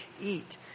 eat